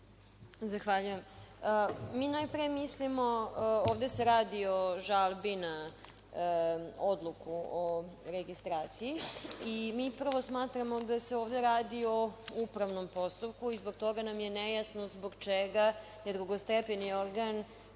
Zahvaljujem. Mi najpre mislimo, ovde se radi o žalbi na odluku o registraciji i mi prvo smatramo da se ovde radi o upravnom postupku i zbog toga nam je nejasno zbog čega je drugostepeni organ